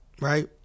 Right